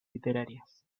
literarias